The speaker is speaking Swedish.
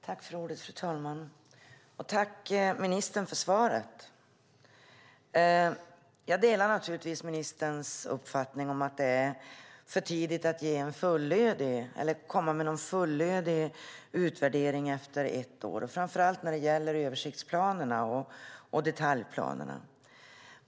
Fru talman! Tack, ministern, för svaret! Jag delar naturligtvis ministerns uppfattning att det är för tidigt att komma med någon fullödig utvärdering efter ett år, framför allt när det gäller översiktsplanerna och detaljplanerna.